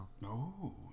No